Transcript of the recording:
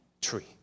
tree